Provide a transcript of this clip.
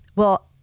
well,